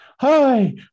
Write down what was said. Hi